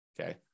okay